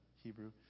Hebrew